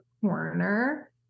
corner